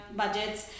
budgets